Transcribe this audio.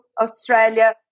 Australia